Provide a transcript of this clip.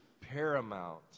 paramount